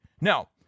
Now